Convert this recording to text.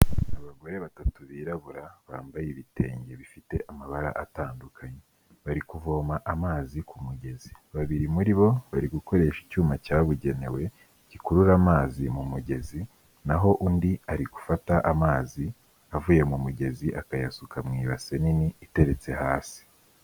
Abagore batatu birabura bambaye ibitenge bifite amabara atandukanye, bari kuvoma amazi ku mugezi, babiri muri bo bari gukoresha icyuma cyabugenewe gikurura amazi mu mugezi naho undi ari gufata amazi avuye mu mugezi akayasuka mu ibase nini iteretse hasi.